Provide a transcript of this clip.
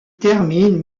termine